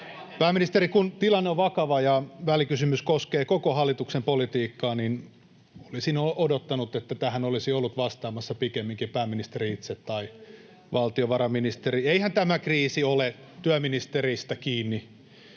Pääministeri, kun tilanne on vakava ja välikysymys koskee koko hallituksen politiikkaa, niin olisin odottanut, että tähän olisi ollut vastaamassa pikemminkin pääministeri itse tai valtiovarainministeri. Eihän tämä kriisi ole työministeristä kiinni,